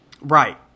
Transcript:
Right